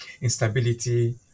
instability